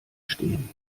stehen